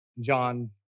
John